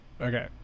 Okay